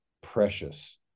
precious